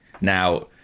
Now